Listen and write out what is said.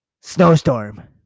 snowstorm